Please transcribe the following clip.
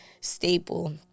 staple